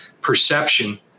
perception